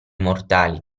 mortali